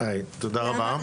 תודה רבה,